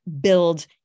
build